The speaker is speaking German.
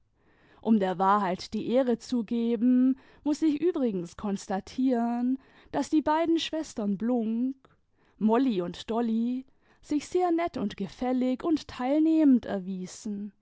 um der wahrheit die ehre zu geben muß ich übrigens konstatieren daß die beiden schwestern blunck mouy und dolly sich sehr nett und gefällig und teilnehmend erwiesen